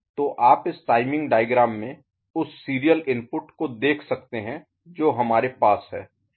तो आप इस टाइमिंग डायग्राम में उस सीरियल इनपुट को देख सकते हैं जो हमारे पास है